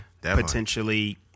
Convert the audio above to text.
potentially